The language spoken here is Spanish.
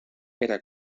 era